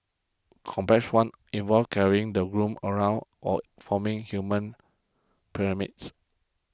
complex one involve carrying the room around or forming human pyramids